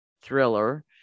thriller